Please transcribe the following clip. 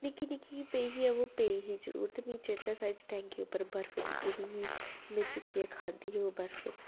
निक्की निक्की पेई ही बाऽ पेई ही जरूर ते मिगी चेता साढ़ी टैंकी पर बर्फ डि'ग्गी दी ही में चुक्कियै खाद्धी ही ओह् बर्फ